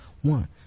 One